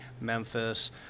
Memphis